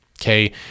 okay